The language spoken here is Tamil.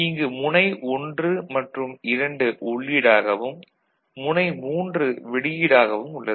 இங்கு முனை 1 மற்றும் 2 உள்ளீடாகவும் முனை 3 வெளியீடாகவும் உள்ளது